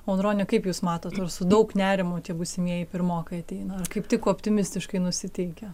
audrone kaip jūs matot ar su daug nerimo tie būsimieji pirmokai ateina ar kaip tik optimistiškai nusiteikę